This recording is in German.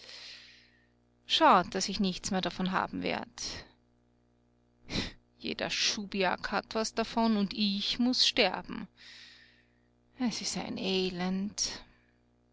schad daß ich nichts mehr davon haben werd jeder schubiak hat was davon und ich muß sterben es ist ein elend